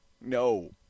No